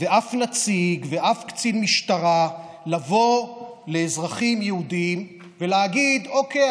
ושל אף נציג ואף קצין משטרה לבוא לאזרחים יהודים ולהגיד: אוקיי,